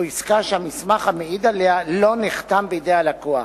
או עסקה שהמסמך המעיד עליה לא נחתם בידי הלקוח.